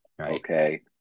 Okay